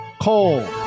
Cole